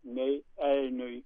nei elniui